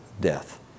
death